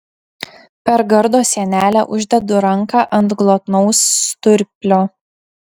per gardo sienelę uždedu ranką ant glotnaus sturplio